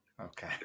Okay